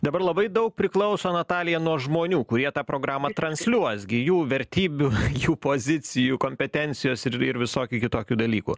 dabar labai daug priklauso natalija nuo žmonių kurie tą programą transliuos gi jų vertybių jų pozicijų kompetencijos ir ir visokių kitokių dalykų